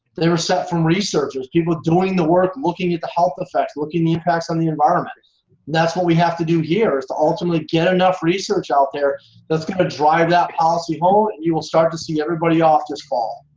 they were set from researchers, people doing the work, looking at the health effects, looking at the impacts on the environment. that's what we have to do here is to ultimately get enough research out there that's gonna drive that policy home. and you will start to see everybody off just fall.